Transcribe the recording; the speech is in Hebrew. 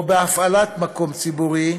או בהפעלת מקום ציבורי,